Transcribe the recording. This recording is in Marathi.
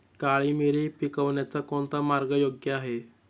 काळी मिरी पिकवण्याचा कोणता मार्ग योग्य आहे?